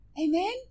Amen